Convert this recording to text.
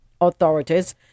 Authorities